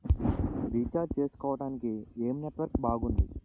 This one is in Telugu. రీఛార్జ్ చేసుకోవటానికి ఏం నెట్వర్క్ బాగుంది?